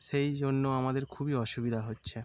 সেই জন্য আমাদের খুবই অসুবিধা হচ্ছে